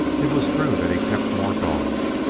it was true that he kept more dogs,